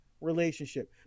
relationship